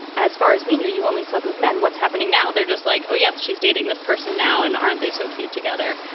as far as we know, you only slept with men. what's happening now? they're just like, oh, yeah, she's this person now. and aren't they so cute together?